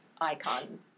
icon